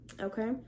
Okay